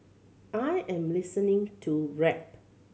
I am listening to rap